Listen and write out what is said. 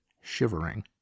shivering